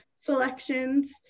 selections